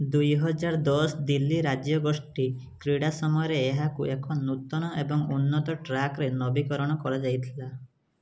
ଦୁଇହଜାର ଦଶ ଦିଲ୍ଲୀ ରାଜ୍ୟଗୋଷ୍ଠୀ କ୍ରୀଡ଼ା ସମୟରେ ଏହାକୁ ଏକ ନୂତନ ଏବଂ ଉନ୍ନତ ଟ୍ରାକରେ ନବୀକରଣ କରାଯାଇଥିଲା